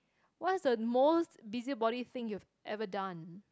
what's the most busybody thing you've ever done